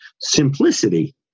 simplicity